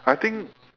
I think